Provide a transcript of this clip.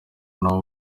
nabo